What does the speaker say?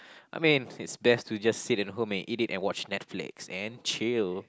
I mean it's best to just sit at home and eat it and watch Netflix and chill